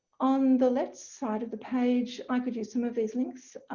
on the left side of the page i could use some of these links,